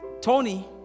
Tony